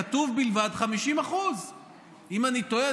כתוב: ובלבד 50%. אם אני טועה,